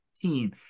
team